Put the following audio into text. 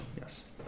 Yes